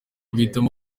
ahitamo